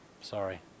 Sorry